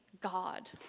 God